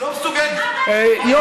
את לא מסוגלת לשמוע ביקורת?